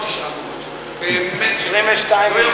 זה לא 9 מיליון שקלים, באמת, 22 מיליון.